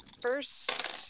First